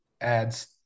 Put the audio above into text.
adds